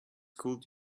called